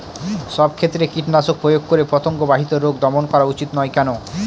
সব ক্ষেত্রে কীটনাশক প্রয়োগ করে পতঙ্গ বাহিত রোগ দমন করা উচিৎ নয় কেন?